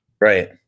Right